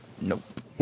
Nope